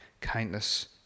kindness